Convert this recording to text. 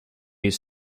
use